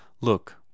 Look